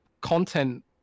content